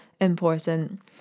important